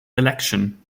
election